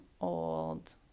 old